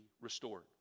restored